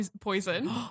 poison